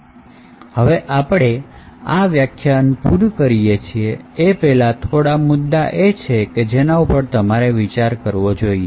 હવે આપણે આ વ્યાખ્યાન પૂરું કરીએ એ પહેલા થોડા મુદ્દા છે કે જેના ઉપર તમારે વિચાર કરવો જોઈએ